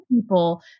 people